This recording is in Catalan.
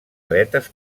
aletes